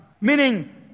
Meaning